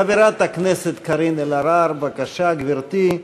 חברת הכנסת קארין אלהרר, בבקשה, גברתי.